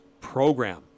program